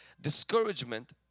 Discouragement